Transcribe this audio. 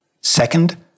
Second